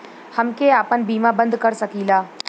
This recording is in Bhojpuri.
हमके आपन बीमा बन्द कर सकीला?